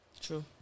True